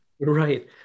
Right